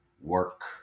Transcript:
work